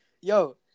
Yo